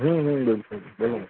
بالکل